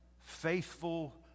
faithful